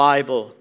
Bible